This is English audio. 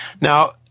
Now